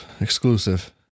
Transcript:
Exclusive